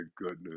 goodness